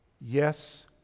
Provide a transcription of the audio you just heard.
Yes